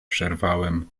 przerwałem